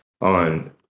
on